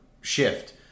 shift